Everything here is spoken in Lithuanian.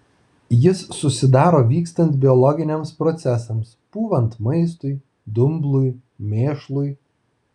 jis susidaro vykstant biologiniams procesams pūvant maistui dumblui mėšlui